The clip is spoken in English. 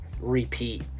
repeat